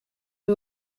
ari